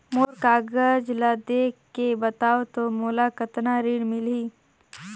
मोर कागज ला देखके बताव तो मोला कतना ऋण मिलही?